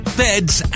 beds